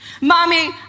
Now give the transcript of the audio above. Mommy